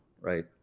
right